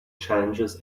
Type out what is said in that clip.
challenges